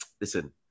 listen